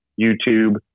YouTube